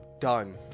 Done